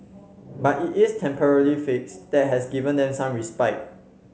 but it is temporary fix that has given them some respite